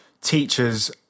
teachers